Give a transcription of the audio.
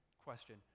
question